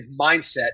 mindset